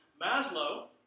Maslow